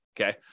okay